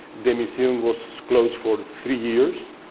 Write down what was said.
the museum was closed for three years.